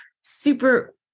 super